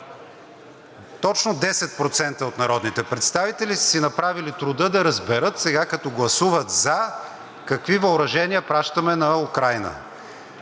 Точно 10% от народните представители са си направили труда да разберат сега, като гласуват за, какви въоръжения пращаме на Украйна.